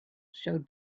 showed